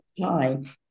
time